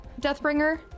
Deathbringer